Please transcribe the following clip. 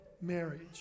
marriage